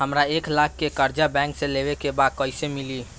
हमरा एक लाख के कर्जा बैंक से लेवे के बा त कईसे मिली?